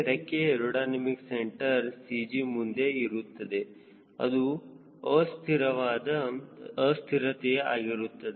c CG ಮುಂದೆ ಇರುತ್ತದೆ ಅದು ಸ್ಥಿರವಾದ ಅಸ್ಥಿರತೆ ಆಗಿರುತ್ತದೆ